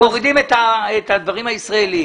אנחנו מורידים את הדברים הישראליים.